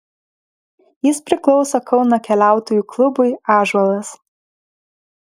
jis priklauso kauno keliautojų klubui ąžuolas